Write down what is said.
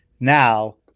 Now